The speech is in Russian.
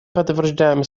подтверждаем